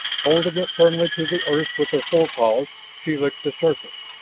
holding it firmly to the earth with her forepaws, she licked the surface,